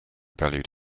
valued